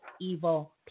evil